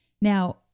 Now